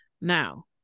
Now